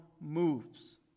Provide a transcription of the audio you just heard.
moves